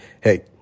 Hey